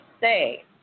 say